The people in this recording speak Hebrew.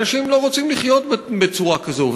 אנשים לא רוצים לחיות בצורה כזאת,